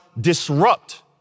disrupt